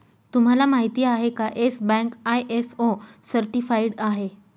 तुम्हाला माहिती आहे का, येस बँक आय.एस.ओ सर्टिफाइड आहे